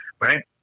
right